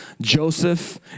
Joseph